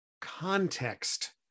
context